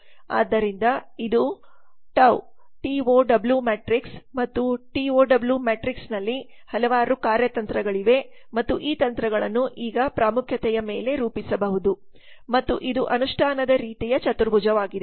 ಆದ್ದರಿಂದ ಇದು tow T O W matrix ಮತ್ತು ಟಿ ಒ ಡಬ್ಲ್ಯೂ ಮ್ಯಾಟ್ರಿಕ್ಸ್ ನಲ್ಲಿ ಹಲವಾರು ಕಾರ್ಯತಂತ್ರಗಳಿವೆ ಮತ್ತು ಈ ತಂತ್ರಗಳನ್ನು ಈಗ ಪ್ರಾಮುಖ್ಯತೆಯ ಮೇಲೆ ರೂಪಿಸಬಹುದು ಮತ್ತು ಇದು ಅನುಷ್ಠಾನದ ರೀತಿಯ ಚತುರ್ಭುಜವಾಗಿದೆ